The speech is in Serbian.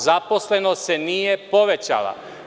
Zaposlenost se nije povećala.